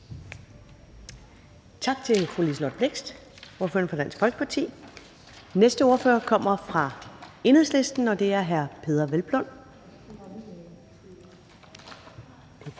Tak til fru Liselott Blixt, ordføreren for Dansk Folkeparti. Den næste ordfører kommer fra Enhedslisten, og det er hr. Peder Hvelplund.